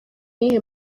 iyihe